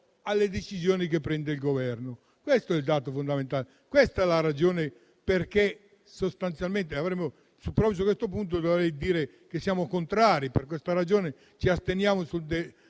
alle decisioni che prende il Governo. Questo è il dato fondamentale. Questa è la ragione per la quale, proprio su questo punto dovrei dire che siamo contrari. Per questa ragione ci asterremo dalla